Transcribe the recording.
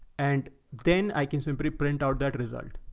and then i can simply print out that result.